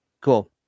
Cool